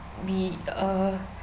be uh